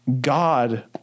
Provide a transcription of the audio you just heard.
God